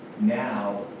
Now